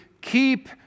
keep